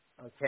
Okay